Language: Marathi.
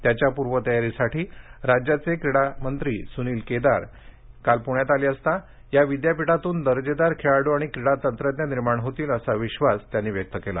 त्याच्या पूर्वतयारीसाठी राज्याचे क्रीडा मंत्री सुनील केदार काल पुण्यात आले असता या विद्यापीठातून दर्जेदार खेळाडू आणि क्रीडा तंत्रज्ञ निर्माण होतील असा विश्वास त्यांनी व्यक्त केला